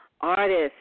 artists